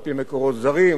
על-פי מקורות זרים,